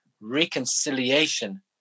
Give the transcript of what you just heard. reconciliation